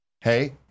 hey